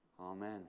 Amen